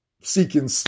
seeking